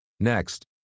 Next